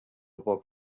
poc